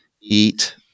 eat